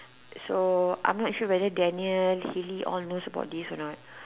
so I'm not sure whether Danial Hilly all knows about this or not